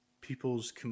people's